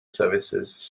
services